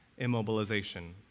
immobilization